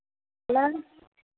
hello